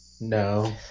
No